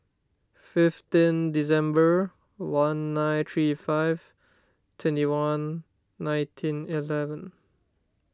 fifteen December one nine three five twenty one nineteen eleven